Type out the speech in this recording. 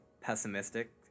pessimistic